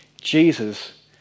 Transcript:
Jesus